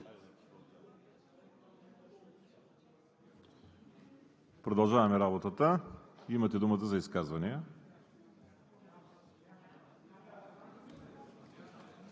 Продължаваме работата. Имате думата за изказвания.